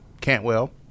Cantwell